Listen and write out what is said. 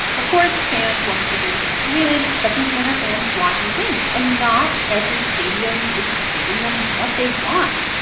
of course fans want to see their teams win, but these younger fans want new things. and not every stadium is giving them what they want.